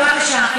בבקשה.